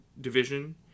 division